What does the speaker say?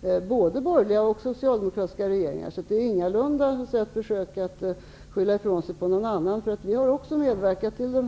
Det gäller både borgerliga och socialdemokratiska regeringar, så det är ingalunda ett försök att skylla ifrån sig på någon annan. Borgerliga regeringar har också medverkat till